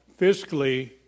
fiscally